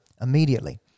immediately